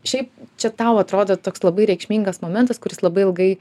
šiaip čia tau atrodo toks labai reikšmingas momentas kuris labai ilgai